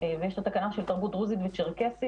ויש את התקנה של תרבות דרוזית וצ'רקסית